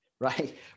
right